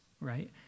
right